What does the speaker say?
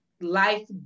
Life